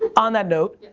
on that note.